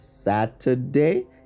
Saturday